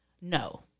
no